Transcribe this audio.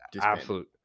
absolute